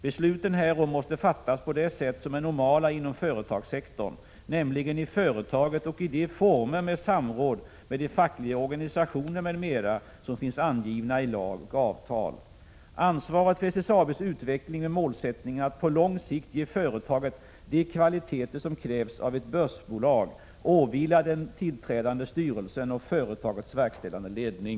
Besluten härom måste fattas på det sätt som är det normala inom företagssektorn, nämligen i företaget och i de former med samråd med de fackliga organisationerna m.m. som finns angivna i lag och avtal. Ansvaret för SSAB:s utveckling, med målsättning att på lång sikt ge företaget de kvaliteter som krävs av ett börsbolag, åvilar den tillträdande styrelsen och företagets verkställande ledning.